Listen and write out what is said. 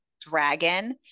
Dragon